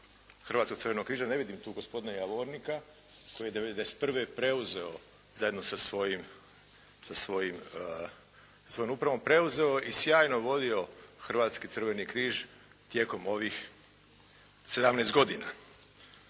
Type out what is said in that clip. Hrvatskog crvenog križa, ne vidim tu gospodina Javornika koji je 91. preuzeo zajedno sa svojom upravom preuzeo i sjajno vodio Hrvatski crveni križ tijekom ovih sedamnaest